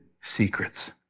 secrets